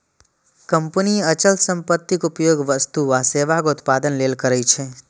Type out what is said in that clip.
company अचल संपत्तिक उपयोग वस्तु आ सेवाक उत्पादन लेल करै छै